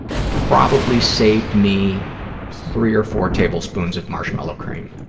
probably saved me three or four tablespoons of marshmallow creme.